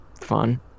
fun